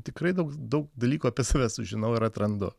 tikrai daug daug dalykų apie save sužinau ir atrandu